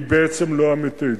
היא בעצם לא אמיתית.